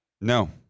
no